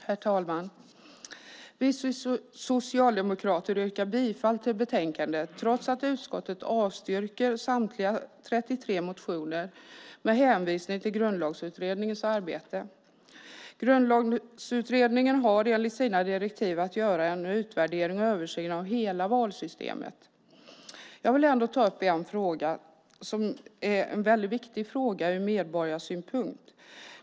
Herr talman! Vi socialdemokrater yrkar bifall till förslaget i betänkandet, trots att utskottet avstyrker samtliga 33 motioner med hänvisning till Grundlagsutredningens arbete. Grundlagsutredningen har enligt sina direktiv att göra en utvärdering och översyn av hela valsystemet. Jag vill ändå ta upp en fråga som är väldigt viktig ur medborgarsynpunkt.